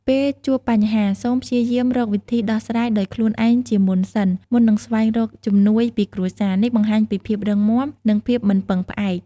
ពេលជួបបញ្ហា សូមព្យាយាម រកវិធីដោះស្រាយដោយខ្លួនឯងជាមុនសិន មុននឹងស្វែងរកជំនួយពីគ្រួសារ នេះបង្ហាញពីភាពរឹងមាំ និងភាពមិនពឹងផ្អែក។